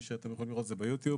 אתם יכולים לראות את זה ביוטיוב.